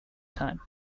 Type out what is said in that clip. time